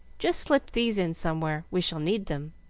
just slip these in somewhere, we shall need them.